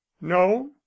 no